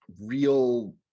real